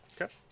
Okay